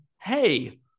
hey